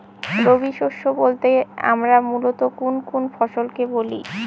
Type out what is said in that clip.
রবি শস্য বলতে আমরা মূলত কোন কোন ফসল কে বলি?